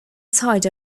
side